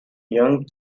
young